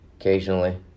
occasionally